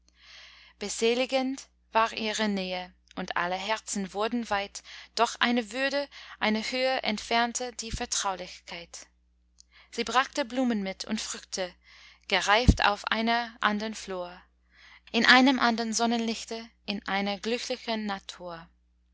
beseligend war ihre nähe und alle herzen wurden weit doch eine würde eine höhe entfernte die vertraulichkeit sie brachte blumen mit und früchte gereift auf einer andern flur in einem andern sonnenlichte in einer glücklichern natur